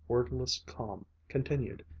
wordless calm continued,